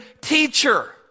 teacher